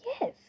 yes